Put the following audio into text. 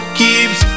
keeps